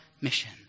mission